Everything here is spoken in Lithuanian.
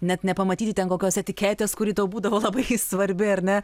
net nepamatyti ten kokios etiketės kuri tau būdavo labai svarbi ar ne